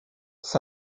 ça